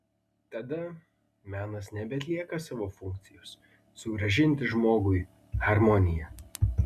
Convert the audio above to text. tada menas nebeatlieka savo funkcijos sugrąžinti žmogui harmoniją